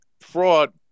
fraud